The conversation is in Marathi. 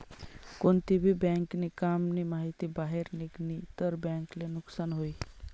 कोणती भी बँक नी काम नी माहिती बाहेर निगनी तर बँक ले नुकसान हुई